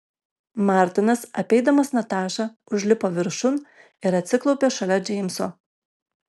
martinas apeidamas natašą užlipo viršun ir atsiklaupė šalia džeimso